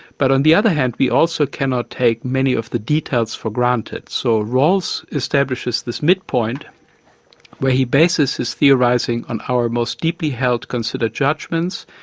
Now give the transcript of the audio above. but on the other hand we also cannot take many of the details for granted. so rawls establishes this midpoint where he bases his theorising on our most deeply held considered judgments,